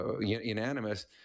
unanimous